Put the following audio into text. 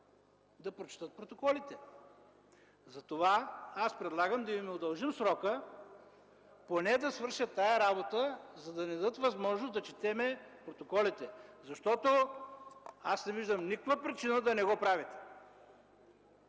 да прочетат протоколите. Затова предлагам да им удължим срока, поне да свършат тази работа, за да ни дадат възможност да четем протоколите. Не виждам никаква причина да не го правим.